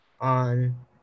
on